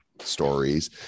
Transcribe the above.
stories